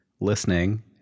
listening